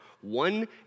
one